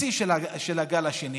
בשיא של הגל השני,